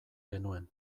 genuen